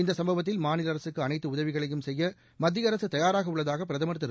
இந்த சம்பவத்தில் மாநில அரசுக்கு அனைத்து உதவிகளையும் செய்ய மத்திய அரசு தயாராக உள்ளதாக பிரதமர் திரு